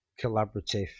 collaborative